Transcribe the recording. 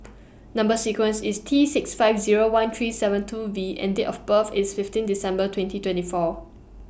Number sequence IS T six five Zero one three seven two V and Date of birth IS fifteen December twenty twenty four